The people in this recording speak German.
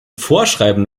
vorschreiben